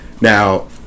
Now